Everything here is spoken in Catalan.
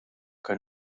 que